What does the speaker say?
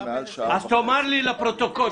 אז תאמר לי לפרוטוקול,